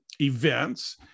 events